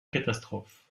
catastrophe